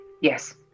yes